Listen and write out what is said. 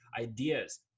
ideas